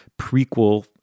prequel